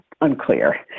unclear